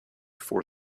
for